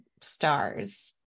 stars